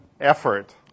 effort